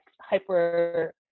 hyper